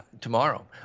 tomorrow